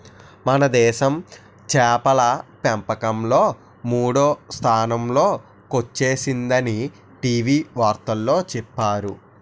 మనదేశం చేపల పెంపకంలో మూడో స్థానంలో కొచ్చేసిందని టీ.వి వార్తల్లో చెప్పేరు